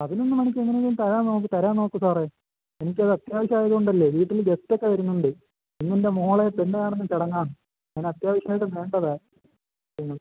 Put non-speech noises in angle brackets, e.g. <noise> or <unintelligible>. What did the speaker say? പതിനൊന്ന് മണിക്ക് എങ്ങനെയെങ്കിലും തരാൻ നോക്കു തരാൻ നോക്കു സാറേ എനിക്ക് അത് അത്യാവശ്യം ആയതുകൊണ്ടല്ലേ വീട്ടിൽ ഗസ്റ്റൊക്കെ വരുന്നുണ്ട് ഇന്ന് എൻ്റെ മകളെ പെണ്ണ് കാണുന്ന ചടങ്ങാണ് അതിന് അത്യാവശ്യം ആയിട്ട് വേണ്ടതാണ് <unintelligible>